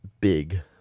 big